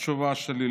התשובה שלי.